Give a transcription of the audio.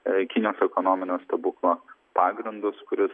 kinijos ekonominio stebuklo pagrindus kuris